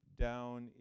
down